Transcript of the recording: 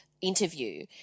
interview